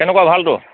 কেনেকুৱা ভাল তোৰ